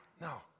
no